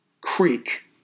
Creek